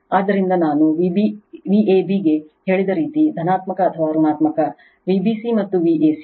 ಆದ್ದರಿಂದ ನಾನು Vabಗೆ ಹೇಳಿದ ರೀತಿ ಧನಾತ್ಮಕ ಅಥವಾ ಋಣಾತ್ಮಕ Vbc ಮತ್ತು Vca